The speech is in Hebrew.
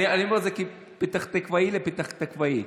אני אומר את זה כפתח תקוואי לפתח תקוואי: